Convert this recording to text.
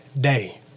day